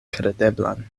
kredeblan